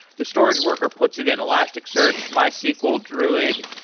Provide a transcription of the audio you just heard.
the storage worker puts it in elastic search, mysql, druid,